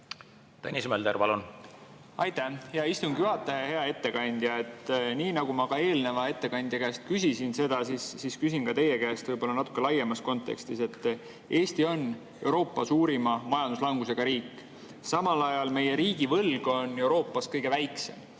Tõnis Mölder, palun! Aitäh, hea istungi juhataja! Hea ettekandja! Nii nagu ma eelmise ettekandja käest küsisin seda, küsin ka teie käest, aga võib-olla natuke laiemas kontekstis. Eesti on Euroopa suurima majanduslangusega riik, samal ajal meie riigivõlg on Euroopas kõige väiksem.